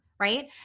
Right